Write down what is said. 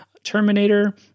terminator